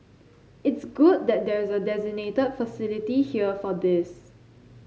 it's good that there's a designated facility here for this